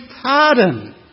pardon